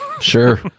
sure